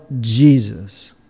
Jesus